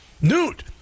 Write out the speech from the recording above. Newt